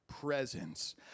presence